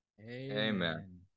Amen